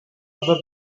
other